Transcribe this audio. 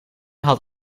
had